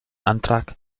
antrag